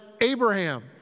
Abraham